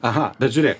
aha bet žiūrėk